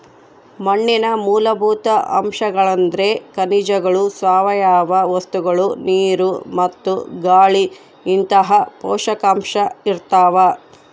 ಮಣ್ಣಿನ ಮೂಲಭೂತ ಅಂಶಗಳೆಂದ್ರೆ ಖನಿಜಗಳು ಸಾವಯವ ವಸ್ತುಗಳು ನೀರು ಮತ್ತು ಗಾಳಿಇಂತಹ ಪೋಷಕಾಂಶ ಇರ್ತಾವ